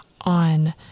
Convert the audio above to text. on